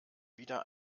wieder